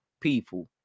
people